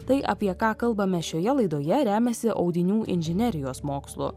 tai apie ką kalbame šioje laidoje remiasi audinių inžinerijos mokslu